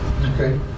Okay